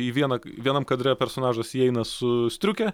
į vieną vienam kadre personažas įeina su striuke